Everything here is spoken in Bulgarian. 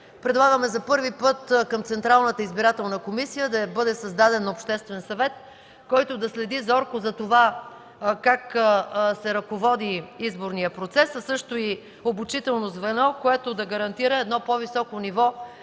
Предлагаме за първи път към Централната избирателна комисия да бъде създаден обществен съвет, който да следи зорко за това как се ръководи изборният процес, а също и обучително звено, което да гарантира по-високо ниво